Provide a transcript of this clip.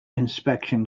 inspection